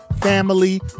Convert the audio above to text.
family